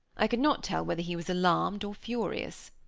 i could not tell whether he was alarmed or furious.